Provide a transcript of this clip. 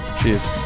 cheers